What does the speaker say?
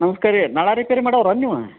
ನಮ್ಸ್ಕಾರ ರೀ ನಳ ರಿಪೇರಿ ಮಾಡೋವ್ರಾ ನೀವು